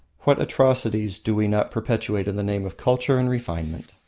what atrocities do we not perpetrate in the name of culture and refinement!